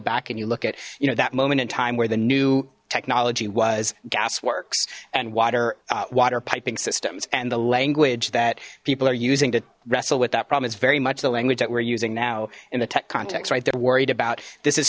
back and you look at you know that moment in time where the new technology was gasworks and water water piping systems and the language that people are using to wrestle with that problem is very much the language that we're using now in the tech context right they're worried about this is